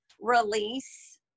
release